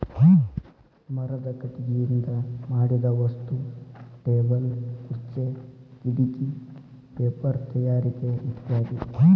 ಮರದ ಕಟಗಿಯಿಂದ ಮಾಡಿದ ವಸ್ತು ಟೇಬಲ್ ಖುರ್ಚೆ ಕಿಡಕಿ ಪೇಪರ ತಯಾರಿಕೆ ಇತ್ಯಾದಿ